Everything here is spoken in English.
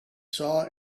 saw